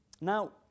Now